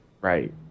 Right